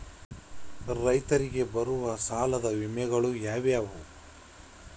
ರೈತರಿಗೆ ಬರುವ ಸಾಲದ ವಿಮೆಗಳು ಯಾವುವು?